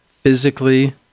Physically